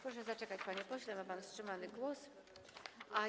Proszę zaczekać, panie pośle, ma pan wstrzymany czas.